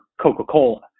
coca-cola